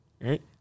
Right